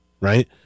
right